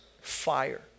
fire